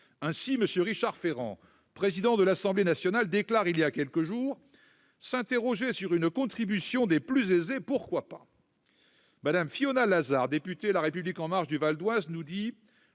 Ainsi, M. Richard Ferrand, président de l'Assemblée nationale, déclarait il y a quelques jours :« S'interroger sur une contribution des plus aisés, pourquoi pas ?